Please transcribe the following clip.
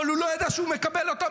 אבל הוא לא ידע שהוא מקבל אותם,